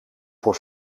voor